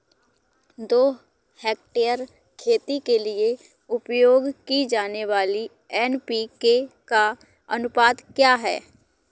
दो हेक्टेयर खेती के लिए उपयोग की जाने वाली एन.पी.के का अनुपात क्या है?